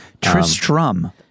Tristram